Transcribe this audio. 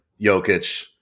Jokic